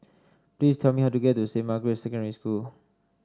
please tell me how to get to Saint Margaret's Secondary School